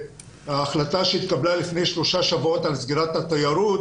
ההחלטה שהתקבלה לפני שלושה שבועות על סגירת התיירות